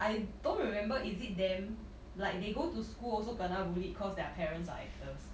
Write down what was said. I don't remember is it them like they go to school also kena bullied because their parents are actors